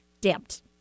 Damped